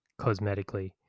cosmetically